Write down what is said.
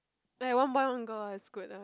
like one boy one girl ah is good lah